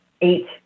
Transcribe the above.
eight